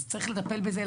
אז צריך לטפל בזה.